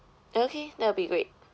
okay that will be great